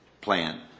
plan